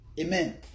Amen